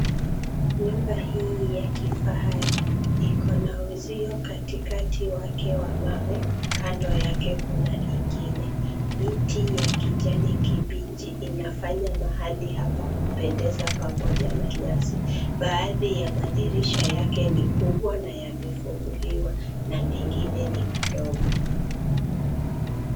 Nyumba hii ya kifahari iko na uzio katikati wake wa mawe. Kando yake kuna ingine. Miti ya kijani kibichi inafanya mahali hapa kupendeza pamoja na nyasi. baadhi ya madirisha yake ni kubwa na yamefunguliwa na mengine ni madogo.